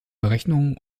berechnungen